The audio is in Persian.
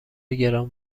گران